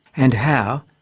and how,